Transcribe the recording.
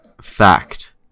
fact